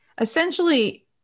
essentially